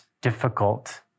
difficult